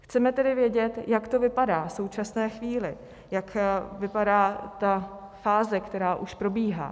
Chceme tedy vědět, jak to vypadá v současné chvíli, jak vypadá ta fáze, která už probíhá.